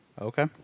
Okay